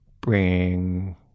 bring